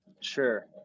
Sure